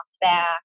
back